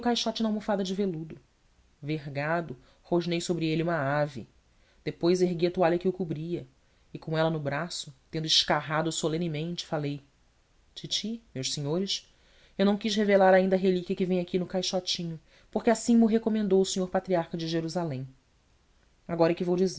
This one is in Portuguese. caixote na almofada de veludo vergado rosnei sobre ele uma ave depois ergui a toalha que o cobria e com ela no braço tendo escarrado solenemente falei titi meus senhores eu não quis revelar ainda a relíquia que vem aqui no caixotinho porque assim mo recomendou